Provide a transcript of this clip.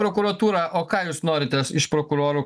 prokuratūra o ką jūs norite iš prokurorų